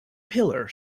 pillar